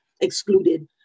excluded